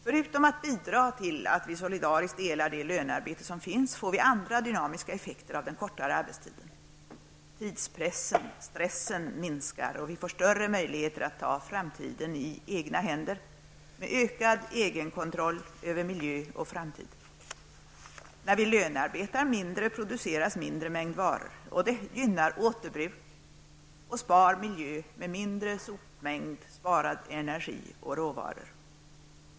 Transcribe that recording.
Förutom att bidra till att vi solidariskt delar det lönearbete som finns, får vi andra dynamiska effekter av den kortare arbetstiden. Tidspressen, stressen, minskar och vi får större möjligheter att ta framtiden i egna händer med ökad egenkontroll över miljö och framtid. När vi lönearbetar mindre produceras mindre mängd varor. Det gynnar återbruk och spar miljö, med mindre sopmängd, sparad energi och sparade råvaror.